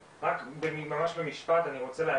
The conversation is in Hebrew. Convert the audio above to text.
ממש במשפט, אני רוצה להגיב,